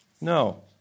No